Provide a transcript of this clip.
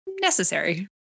necessary